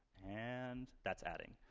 and. that's adding.